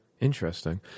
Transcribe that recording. Interesting